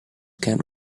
can